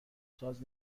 ساز